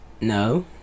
no